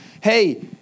hey